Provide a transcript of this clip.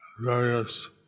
Various